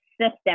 system